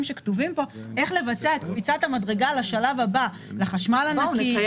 שכתובים פה כדי לבצע את קפיצת המדרגה לשלב הבא לחשמל הנקי,